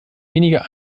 weniger